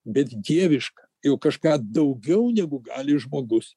bet dievišką jau kažką daugiau negu gali žmogus